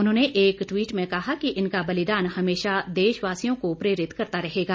उन्होंने एक ट्वीट में कहा कि इनका बलिदान हमेशा देशवासियों को प्रेरित करता रहेगा